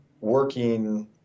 working